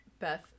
Beth